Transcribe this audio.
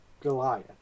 Goliath